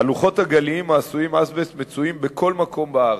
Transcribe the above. הלוחות הגליים העשויים אזבסט נמצאים בכל מקום בארץ,